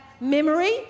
memory